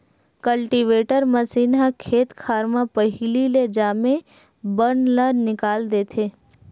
cultivator machine ह खेत खार म पहिली ले जामे बन ल निकाल देथे